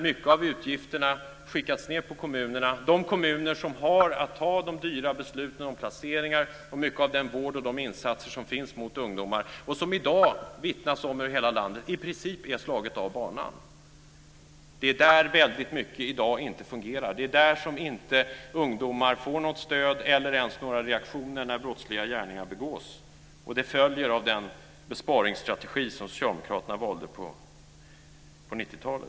Mycket av utgifterna har dock skickats ned på kommunerna, de kommuner som har att fatta de dyra besluten om placeringar och mycket av den vård och de insatser som finns för ungdomar. Dessa är i dag, det vittnas det om över hela landet, i princip slagna av banan. Det är där väldigt mycket inte fungerar i dag. Det är där som inte ungdomar får något stöd, eller ens några reaktioner, när brottsliga gärningar begås. Och det följer av den besparingsstrategi som socialdemokraterna valde på 90-talet.